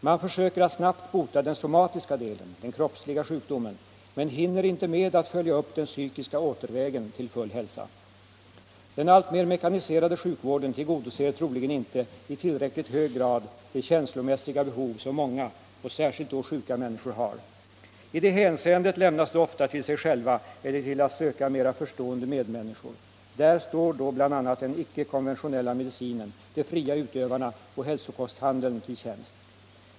Man försöker att snabbt bota den somatiska delen — den kroppsliga sjukdomen — men hinner inte med att följa upp den psykiska återvägen till full hälsa. Den alltmer mekaniserade sjukvården tillgodoser troligen inte i tillräckligt hög grad de känslomässiga behov som många — och särskilt då sjuka — människor har. I det hänseendet lämnas de ofta till sig själva eller till att söka mera förstående medmänniskor. Där står då bl.a. den icke konventionella medicinen, de fria utövarna och hälsokosthandeln till tjänst.